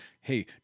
hey